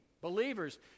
Believers